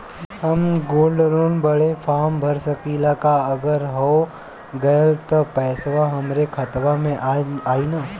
हम gold loan बड़े form भर सकी ला का अगर हो गैल त पेसवा हमरे खतवा में आई ना?